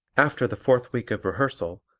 after the fourth week of rehearsal,